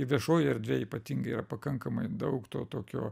viešojoj erdvėj ypatingai yra pakankamai daug tokio